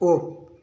off